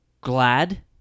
glad